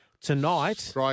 tonight